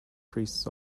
priests